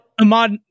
Ahmad